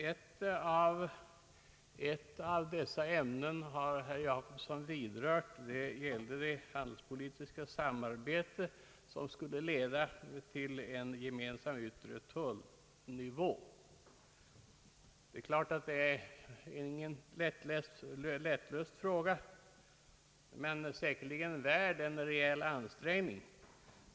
Ett av dessa ämnen som herr Jacobsson berörde gällde det handelspolitiska samarbetet vilket skulle leda till en gemensam yttre tullnivå. Detta är självfallet ingen lättlöst fråga men säkerligen värd en rejäl ansträngning.